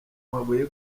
mabuye